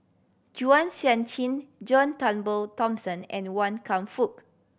Chua Sian Chin John Turnbull Thomson and Wan Kam Fook